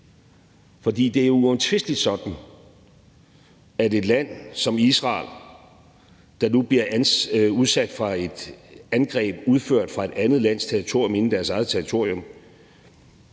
For det er jo uomtvisteligt sådan, at et land som Israel, der nu bliver udsat for et angreb udført fra et andet lands territorium ind på deres eget territorium,